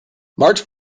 march